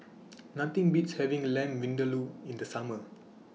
Nothing Beats having Lamb Vindaloo in The Summer